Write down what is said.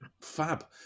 Fab